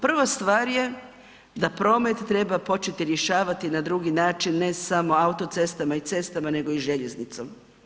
Prva stvar je da promet treba početi rješavati na drugi način ne samo autocestama i cestama, nego i željeznicom.